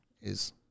is-